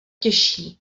těžší